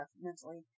mentally